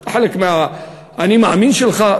זה חלק מה"אני מאמין" שלך,